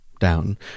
down